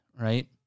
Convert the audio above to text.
right